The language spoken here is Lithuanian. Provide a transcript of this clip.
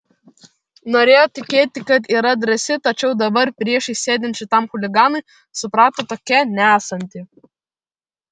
norėjo tikėti kad yra drąsi tačiau dabar priešais sėdint šitam chuliganui suprato tokia nesanti